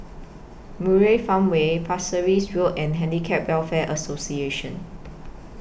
Murai Farmway Pasir Ris Road and Handicap Welfare Association